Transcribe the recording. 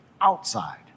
outside